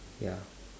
ya